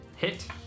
Hit